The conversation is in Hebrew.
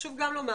חשוב גם לומר,